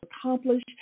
accomplish